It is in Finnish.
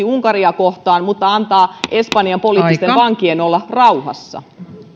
unkaria kohtaan mutta antaa espanjan poliittisten vankien olla rauhassa